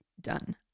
Done